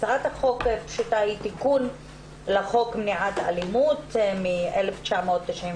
הצעת החוק היא תיקון לחוק מניעת אלימות מ-1991.